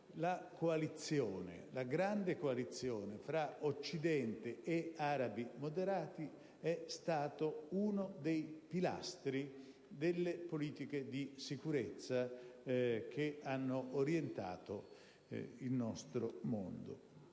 la grande coalizione fra Occidente e arabi moderati è stata uno dei pilastri delle politiche di sicurezza che hanno orientato il nostro mondo.